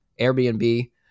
Airbnb